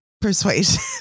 persuasion